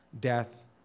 death